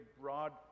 broad